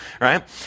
Right